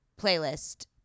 playlist